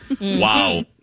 Wow